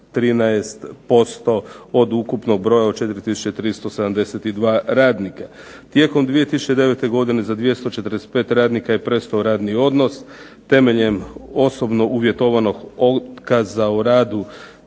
13% od ukupnog broja od 4372 radnika. Tijekom 2009. godine za 245 radnika je prestao radni odnos temeljem osobno uvjetovanog otkaza o radu